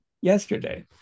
yesterday